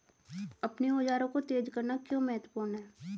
अपने औजारों को तेज करना क्यों महत्वपूर्ण है?